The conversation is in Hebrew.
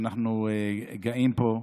שאנחנו גאים בו.